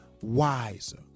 wiser